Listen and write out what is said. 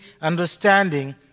understanding